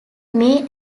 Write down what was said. may